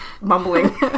mumbling